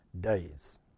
days